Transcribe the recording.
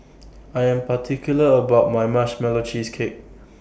I Am particular about My Marshmallow Cheesecake